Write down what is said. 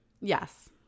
Yes